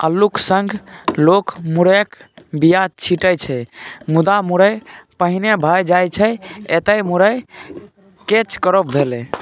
अल्लुक संग लोक मुरयक बीया छीटै छै मुदा मुरय पहिने भए जाइ छै एतय मुरय कैच क्रॉप भेलै